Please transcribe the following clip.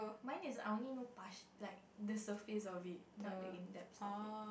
mine is I only know partial like the surface of it not the in depths of it